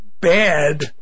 Bad